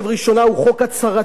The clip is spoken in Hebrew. יש לו משמעות סמלית,